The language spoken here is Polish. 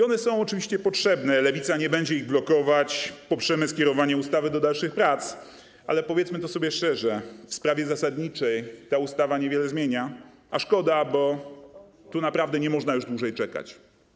Oczywiście one są potrzebne i Lewica nie będzie ich blokować, poprzemy skierowanie ustawy do dalszych prac, ale powiedzmy sobie szczerze: w sprawie zasadniczej ta ustawa niewiele zmienia, a szkoda, bo w tej kwestii naprawdę nie można już dłużej czekać.